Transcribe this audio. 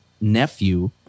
nephew